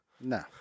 No